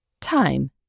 Time